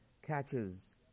Catches